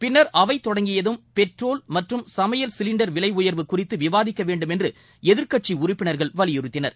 பின்னர் அவை தொடங்கியதும் பெட்ரோல் மற்றும் சமையல் சிலிண்டர் விலை உயர்வு குறித்து விவாதிக்க வேண்டும் என்று எதிர்க்கட்சி உறுப்பினர்கள் வலியுறுத்தினர்